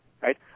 right